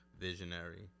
visionary